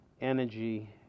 energy